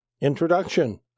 Introduction